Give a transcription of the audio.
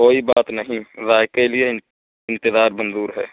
کوئی بات نہیں ذائقے لیے انتظار منظور ہے